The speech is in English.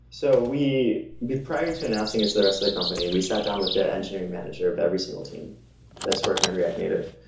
so be prior to announcing it's the rest of the company. we sat down with the engineering manager of every single team that's working on react native,